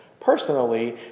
personally